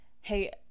hey